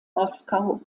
moskau